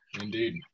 Indeed